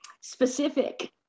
specific